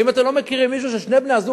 האם אתם לא מכירים משפחה ששני בני-הזוג